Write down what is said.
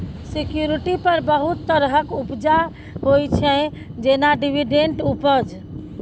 security पर बहुत तरहक उपजा होइ छै जेना डिवीडेंड उपज